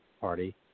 party